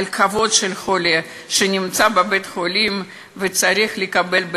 על הכבוד של חולה שנמצא בבית-חולים וצריך לקבל,